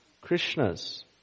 Krishna's